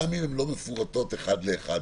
גם אם הן לא מפורטות אחת לאחת.